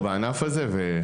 או בענף הזה.